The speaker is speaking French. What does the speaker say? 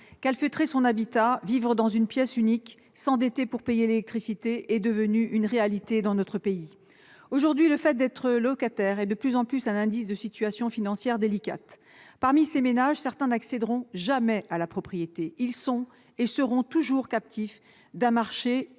calfeutre son habitat, on vit dans une pièce unique ou on s'endette pour payer son électricité, c'est devenu une réalité dans notre pays. Aujourd'hui, le fait d'être locataire est de plus en plus un indice de situation financière délicate. Parmi les ménages concernés, certains n'accéderont jamais à la propriété ; ils sont et seront toujours captifs d'un marché